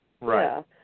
right